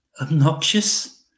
obnoxious